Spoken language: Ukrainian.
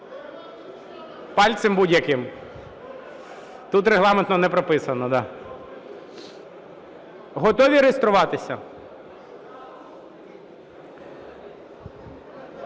Пальцем будь-яким, тут Регламентом не прописано. Готові реєструватися?